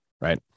Right